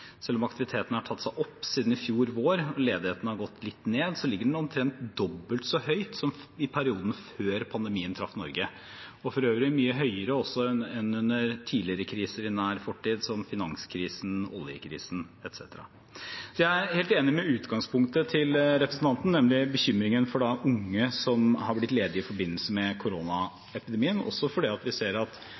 Selv om aktiviteten har tatt seg opp siden i fjor vår, og ledigheten har gått litt ned, ligger ledigheten omtrent dobbelt så høyt som i perioden før pandemien traff Norge, og for øvrig også mye høyere enn under tidligere kriser i nær fortid, som finanskrisen, oljekrisen etc. Jeg er helt enig i utgangspunktet til representanten, nemlig bekymringen for unge som har blitt ledige i forbindelse med koronapandemien, også fordi vi ser at